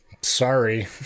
Sorry